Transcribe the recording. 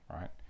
right